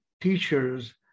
teachers